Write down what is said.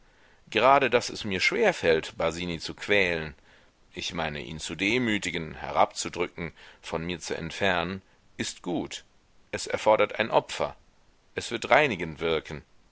gerade daß es mir schwer fällt basini zu quälen ich meine ihn zu demütigen herabzudrücken von mir zu entfernen ist gut es erfordert ein opfer es wird reinigend wirken